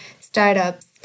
startups